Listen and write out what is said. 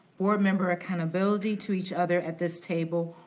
board member accountability to each other at this table,